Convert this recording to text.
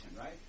right